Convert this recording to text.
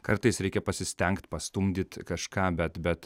kartais reikia pasistengt pastumdyt kažką bet bet